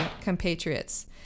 compatriots